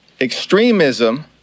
extremism